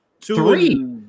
three